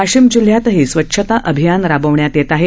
वाशिम जिल्ह्यातही स्वच्छता अभियान राबवण्यात येत आहे